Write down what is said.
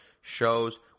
shows